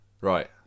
right